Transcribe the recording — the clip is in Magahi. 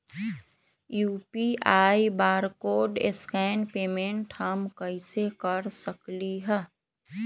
यू.पी.आई बारकोड स्कैन पेमेंट हम कईसे कर सकली ह?